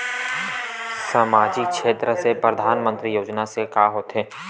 सामजिक क्षेत्र से परधानमंतरी योजना से का होथे?